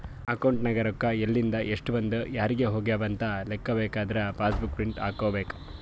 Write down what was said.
account ನಾಗ್ ರೊಕ್ಕಾ ಎಲಿಂದ್, ಎಸ್ಟ್ ಬಂದು ಯಾರಿಗ್ ಹೋಗ್ಯವ ಅಂತ್ ಲೆಕ್ಕಾ ಬೇಕಾದುರ ಪಾಸ್ ಬುಕ್ ಪ್ರಿಂಟ್ ಹಾಕೋಬೇಕ್